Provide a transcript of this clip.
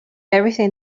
everything